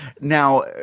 Now